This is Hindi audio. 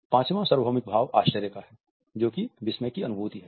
पाँचवाँ सार्वभौमिक भाव आश्चर्य का है जो कि विस्मय की अनुभूति है